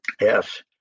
Yes